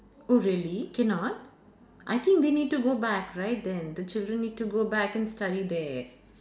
oh really cannot I think they need to go back right then the children need to go back and study there